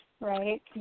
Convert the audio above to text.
Right